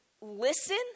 listen